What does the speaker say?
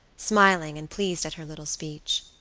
smiling and pleased at her little speech.